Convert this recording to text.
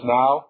now